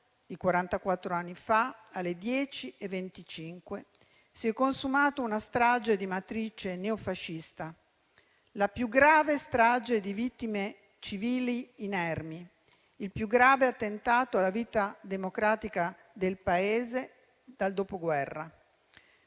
anni fa, alle ore 10,25 si è consumata una strage di matrice neofascista, la più grave strage di vittime civili inermi, il più grave attentato alla vita democratica del Paese dal Dopoguerra.